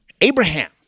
Abraham